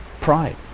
Pride